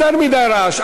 יותר מדי רעש.